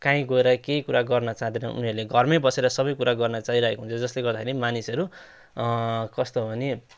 काहीँ गएर केही कुरा गर्न चाहँदैन उनीहरूले घरमै बसेर सबै कुरा गर्न चाहिरहेको हुन्छ जसले गर्दाखेरि मानिसहरू कस्तो भने